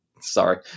Sorry